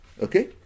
okay